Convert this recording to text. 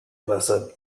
buzzard